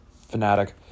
fanatic